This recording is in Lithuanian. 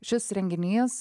šis renginys